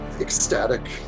ecstatic